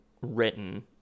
written